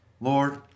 Lord